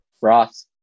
Ross